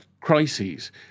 crises